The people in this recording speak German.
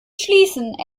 schließen